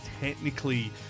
technically